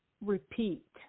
repeat